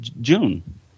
June